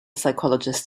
psychologist